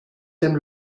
dem